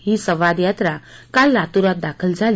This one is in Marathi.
ही संवाद यात्रा काल लात्रात दाखल झाली